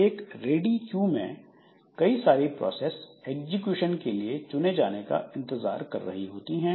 एक ready queue में कई सारी प्रोसेस एग्जीक्यूशन के लिए चुने जाने का इंतजार कर रही होती हैं